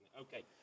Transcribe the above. Okay